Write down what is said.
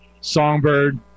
Songbird